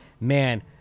man